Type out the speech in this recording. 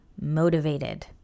motivated